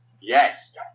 Yes